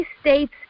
states